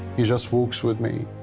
he just walks with me.